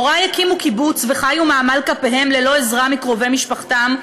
הורי הקימו קיבוץ וחיו מעמל כפיהם ללא עזרה מקרובי משפחתם,